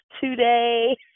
today